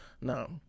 no